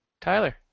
Tyler